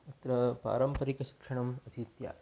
अत्र पारम्परिकं शिक्षणम् अधीत्य